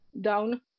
down